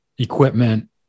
Equipment